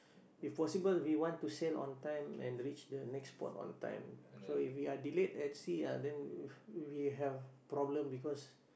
if possible we want to sail on time and reach the next port on time so if we are delayed at sea ah then we we have problem because